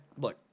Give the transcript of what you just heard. Look